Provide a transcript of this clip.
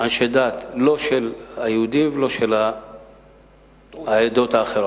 אנשי דת, לא של היהודים ולא של העדות האחרות.